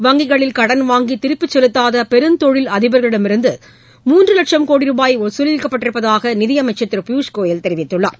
வங்கிகளில் கடன் வாங்கி திருப்பிச் செலுத்தாத பெருந்தொழில் அதிபர்களிடமிருந்து மூன்று லட்சம் கோடி ரூபாய் வசூலிக்கப்பட்டிருப்பதாக நிதி அமைச்சர் திரு பியூஷ் கோயல் தெரிவித்துள்ளார்